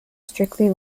strictly